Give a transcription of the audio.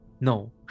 no